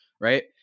right